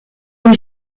den